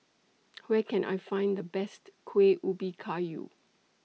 Where Can I Find The Best Kuih Ubi Kayu